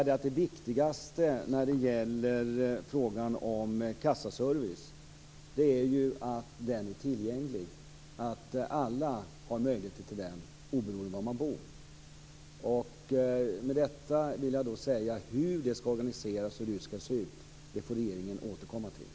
Det viktigaste när det gäller kassaservicen är att den är tillgänglig för alla oberoende av var man bor. Hur det skall organiseras och se ut får regeringen återkomma till.